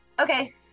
Okay